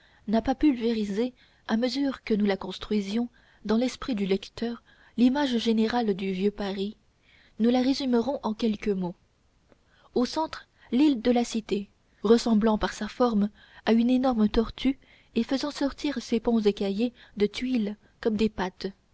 n'a pas pulvérisé à mesure que nous la construisions dans l'esprit du lecteur l'image générale du vieux paris nous la résumerons en quelques mots au centre l'île de la cité ressemblant par sa forme à une énorme tortue et faisant sortir ses ponts écaillés de tuiles comme des pattes